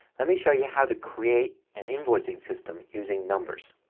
let me show you how to create an invoicing system using numbers.